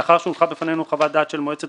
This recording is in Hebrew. לאחר שהונחה בפנינו חוות דעת של מועצת